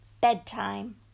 Bedtime